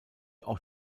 auch